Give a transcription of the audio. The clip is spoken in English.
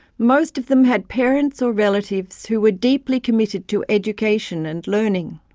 most of them had parents or relatives who were deeply committed to education and learning